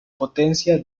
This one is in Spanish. potencia